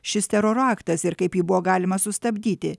šis teroro aktas ir kaip jį buvo galima sustabdyti